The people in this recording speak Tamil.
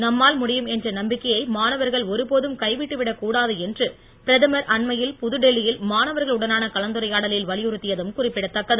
நம்மால் முடியும் என்ற நம்பிக்கையை மாணவர்கள் ஒருபோதும் கைவிட்டு விடக் கூடாது என்று பிரதமர் அண்மையில் புதுடெல்லியில் மாணவர்கள் உடனான கலந்துரையாடலில் வலியுறுத்தியதும் குறிப்பிடதக்கது